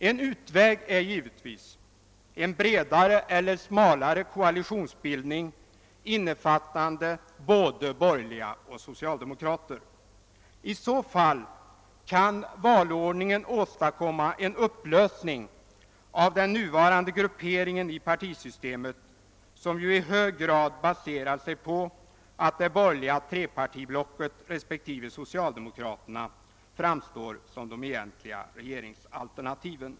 En utväg är givetvis en bredare eller smalare koalitionsbildning, innefattande både borgerliga och socialdemokra ter. I så fall kan valordningen åstadkomma en upplösning av den nuvarande grupperingen i partisystemet, som ju i hög grad baserar sig på att det borgerliga trepartiblocket respektive socialdemokraterna framstår som de egentliga regeringsalternativen.